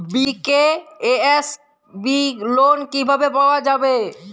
BKSB loan কিভাবে পাওয়া যাবে?